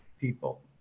people